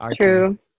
True